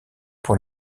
pour